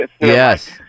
Yes